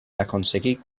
aconseguit